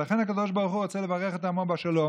ולכן הקדוש ברוך הוא רוצה לברך את עמו בשלום,